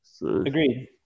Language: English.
Agreed